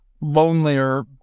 lonelier